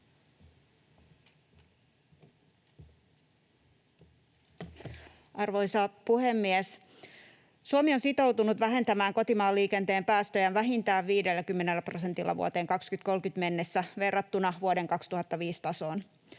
Arvoisa puhemies! Suomi on sitoutunut vähentämään kotimaan liikenteen päästöjä vähintään 50 prosentilla vuoteen 2030 mennessä verrattuna vuoden 2005 tasoon.